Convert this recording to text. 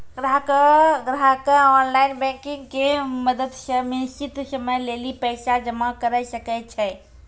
ग्राहकें online banking के मदत से निश्चित समय लेली पैसा जमा करै सकै छै